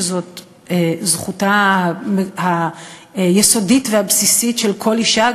שזאת זכותה היסודית והבסיסית של כל אישה,